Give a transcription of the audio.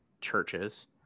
churches